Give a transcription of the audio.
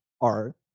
art